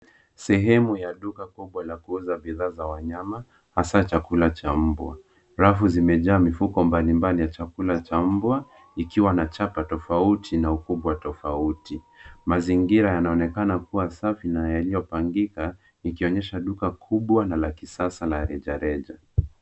Sehemu ya duka kubwa la kuuza bidhaa za wanyama hasa chakula cha mbwa. Rafu zimejaa mifuko mbalimbali ya chakula cha mbwa, ikiwa na chapa tofauti na ukubwa tofauti. Mazingira yanaonekana kuwa safi na yaliyopangika, ikionyesha duka kubwa na la kisasa la rejareja.